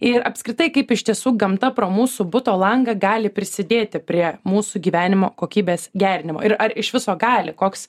ir apskritai kaip iš tiesų gamta pro mūsų buto langą gali prisidėti prie mūsų gyvenimo kokybės gerinimo ir ar iš viso gali koks